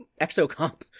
exocomp